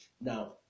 Now